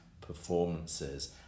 performances